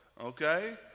okay